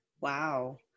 Wow